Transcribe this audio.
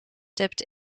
dipped